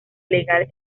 legal